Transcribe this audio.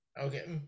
okay